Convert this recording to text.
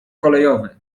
kolejowy